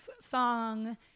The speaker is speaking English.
song